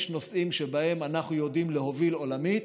יש נושאים שבהם אנחנו יודעים להוביל עולמית,